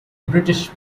british